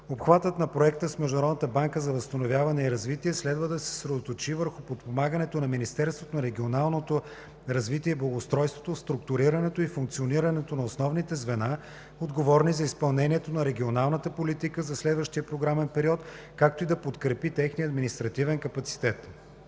Обхватът на Проекта с Международната банка за възстановяване и развитие следва да се съсредоточи върху подпомагането на Министерството на регионалното развитие и благоустройството в структурирането и функционирането на основните звена, отговорни за изпълнението на регионалната политика за следващия програмен период, както и да подкрепи техния административен капацитет.